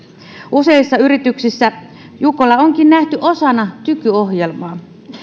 useissa yrityksissä jukola onkin nähty osana tykyohjelmaa